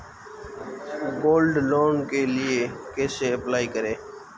Gold loan के लिए कैसे अप्लाई करें?